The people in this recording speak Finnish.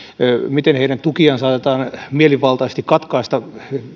miten heidän tukiaan aletaan mielivaltaisesti katkaista